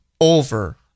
over